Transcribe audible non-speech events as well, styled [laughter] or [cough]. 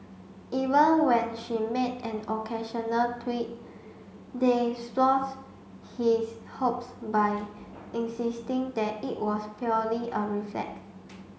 even when she made an occasional [unintelligible] they [unintelligible] his hopes by insisting that it was purely a reflex